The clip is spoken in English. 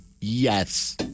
Yes